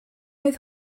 oedd